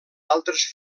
altres